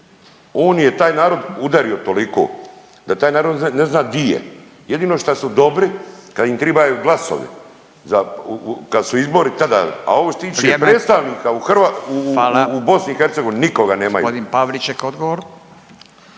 On je taj narod udario toliko da taj narod ne zna di je. Jedino što su dobri kad im tribaju glasovi za kad su izbori tada …/Upadica: Vrijeme./… a ovo što se tiče predstavnika …/Upadica: Hvala./… u BiH nikoga nemaju.